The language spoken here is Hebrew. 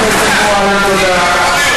חברת הכנסת מועלם, תודה.